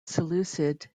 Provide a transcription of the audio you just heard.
seleucid